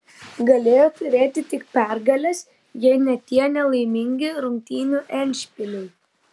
galėjo turėti tik pergales jei ne tie nelaimingi rungtynių endšpiliai